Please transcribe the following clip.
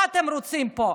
מה אתם רוצים פה?